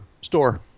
store